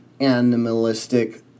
animalistic